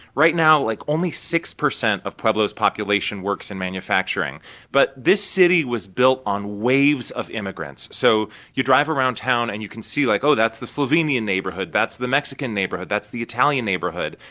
right now, like, only six percent of pueblo's population works in manufacturing but this city was built on waves of immigrants. so you drive around town, and you can see like, oh, that's the slovenian neighborhood. that's the mexican neighborhood. that's the italian neighborhood.